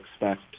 expect